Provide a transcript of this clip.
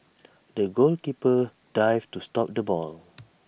the goalkeeper dived to stop the ball